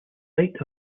site